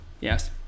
yes